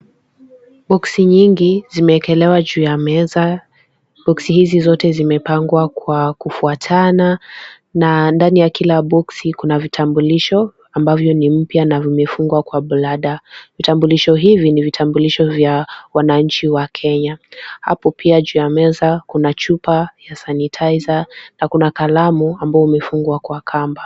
Boksi nyingi zimewekelewa juu ya meza. Boksi hizi zote zimepangwa kwa kufuatana na ndani ya kila boksi kuna na vitambulisho ambavyo ni mpya na vimefungwa kwa bulada . Vitambulisho hivi ni vitambulisho vya wananchi wa Kenya. Hapo pia juu ya meza kuna chupa ya sanitiser na kuna kalamu ambao umefungwa kwa kamba.